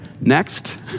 next